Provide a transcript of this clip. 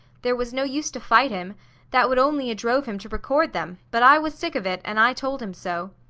there was no use to fight him that would only a-drove him to record them, but i was sick of it, an' i told him so.